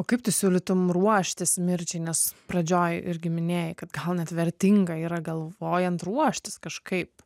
o kaip tu siūlytum ruoštis mirčiai nes pradžioj irgi minėjai kad gal net vertinga yra galvojant ruoštis kažkaip